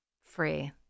Free